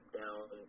down